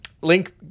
Link